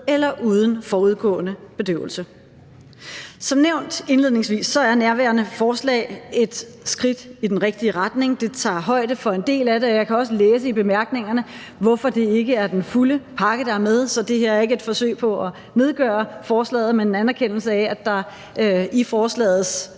eller uden forudgående bedøvelse. Som nævnt indledningsvis er nærværende forslag et skridt i den rigtige retning. Det tager højde for en del af det, og jeg kan også læse i bemærkningerne, hvorfor det ikke er den fulde pakke, der er med. Så det her er ikke et forsøg på at nedgøre forslaget, men en anerkendelse af, at forslagets